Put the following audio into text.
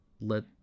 let